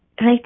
Right